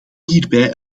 hierbij